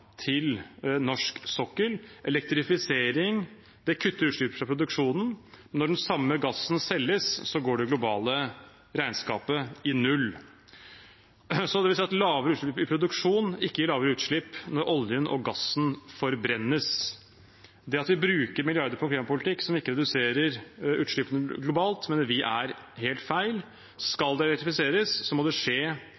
til norsk sokkel. Elektrifisering kutter utslipp fra produksjonen, men når den samme gassen selges, går det globale regnskapet i null. Det vil si at lavere utslipp i produksjonen ikke vil gi lavere utslipp når oljen og gassen forbrennes. Det at vi bruker milliarder på klimapolitikk som ikke reduserer utslippene globalt, mener vi er helt feil.